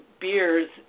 beers